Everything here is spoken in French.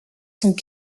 sont